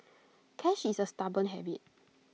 cash is A stubborn habit